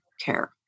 care